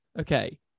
Okay